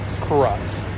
corrupt